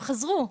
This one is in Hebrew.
הם חזרו,